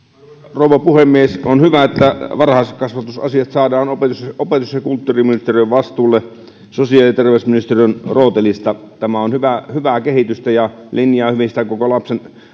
rouva puhemies on hyvä että varhaiskasvatusasiat saadaan opetus opetus ja kulttuuriministeriön vastuulle sosiaali ja terveysministeriön rootelista tämä on hyvää kehitystä ja linjaa hyvin sitä koko lapsen